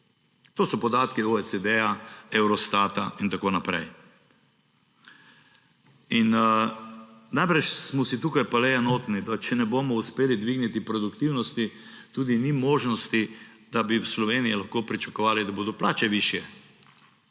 To so podatki OECD, Eurostata in tako naprej. In najbrž smo si tukaj pa le enotni, da če ne bomo uspeli dvigniti produktivnosti, tudi ni možnosti, da bi v Sloveniji lahko pričakovali, da bodo plače višje.